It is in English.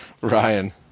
Ryan